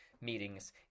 meetings